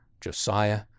Josiah